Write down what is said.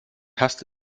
hasst